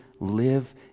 live